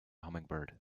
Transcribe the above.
hummingbird